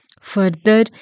Further